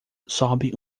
sobe